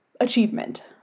achievement